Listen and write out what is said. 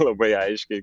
labai aiškiai